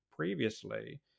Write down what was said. previously